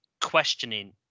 questioning